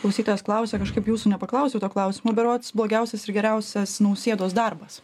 klausytojas klausia kažkaip jūsų nepaklausiau to klausimo berods blogiausias ir geriausias nausėdos darbas